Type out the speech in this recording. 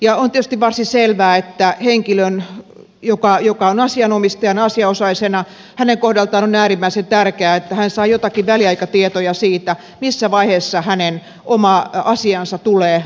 on tietysti varsin selvää että henkilön joka on asianomistajana asianosaisena kohdalta on äärimmäisen tärkeää että hän saa joitakin väliaikatietoja siitä missä vaiheessa hänen oma asiansa tulee ratkaisuun